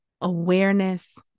awareness